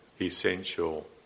essential